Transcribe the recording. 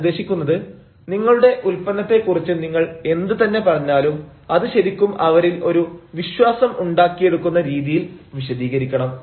ഞാൻ ഉദ്ദേശിക്കുന്നത് നിങ്ങളുടെ ഉൽപ്പന്നത്തെ കുറിച്ച് നിങ്ങൾ എന്തു തന്നെ പറഞ്ഞാലും അത് ശരിക്കും അവരിൽ ഒരു വിശ്വാസം ഉണ്ടാക്കിയെടുക്കുന്ന രീതിയിൽ വിശദീകരിക്കണം